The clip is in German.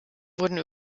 wurden